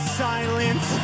silent